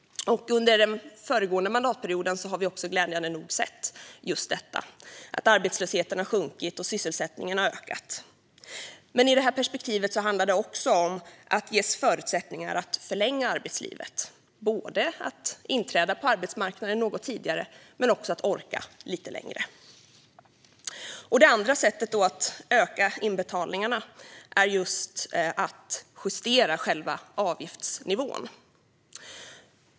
Under den föregående mandatperioden har vi glädjande nog sett just detta: att arbetslösheten har sjunkit och att sysselsättningen har ökat. Men i detta perspektiv handlar det också om att ge förutsättningar för att förlänga arbetslivet - det handlar både om att inträda på arbetsmarknaden något tidigare och om att orka lite längre. Det andra sättet att öka inbetalningarna är att justera själva avgiftsnivån.